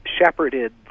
shepherded